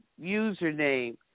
username